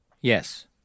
yes